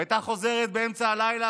והייתה חוזרת באמצע הלילה.